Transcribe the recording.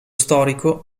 storico